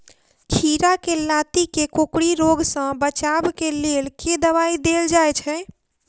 खीरा केँ लाती केँ कोकरी रोग सऽ बचाब केँ लेल केँ दवाई देल जाय छैय?